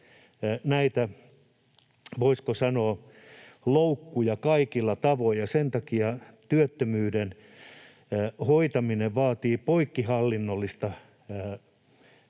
näitä, voisiko sanoa, loukkuja kaikilla tavoin, ja sen takia työttömyyden hoitaminen vaatii poikkihallinnollista yhteistyötä.